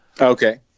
okay